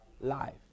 life